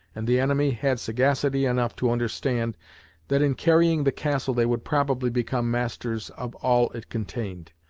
and the enemy had sagacity enough to understand that in carrying the castle they would probably become masters of all it contained,